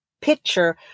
picture